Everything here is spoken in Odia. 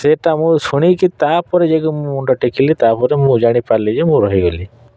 ସେଇଟା ମୁଁ ଶୁଣିକି ତା'ପରେ ଯାଇକି ମୁଁ ମୁଣ୍ଡ ଟେକିଲି ତା'ପରେ ମୁଁ ଜାଣିପାରିଲି ଯେ ମୁଁ ରହିଗଲି